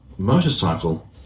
motorcycle